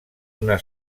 una